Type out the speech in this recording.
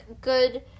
good